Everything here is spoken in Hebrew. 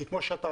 כי כמו שאמרת,